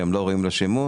שהם לא ראויים לשימוש,